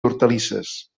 hortalisses